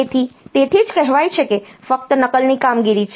તેથી તેથી જ કહેવાય છે કે તે ફક્ત નકલની કામગીરી છે